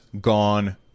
gone